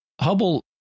Hubble